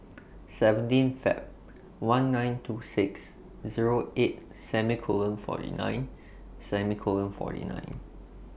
seventeen Feb one nine two six Zero eight semi Colon forty nine semi Colon forty nine